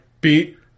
beat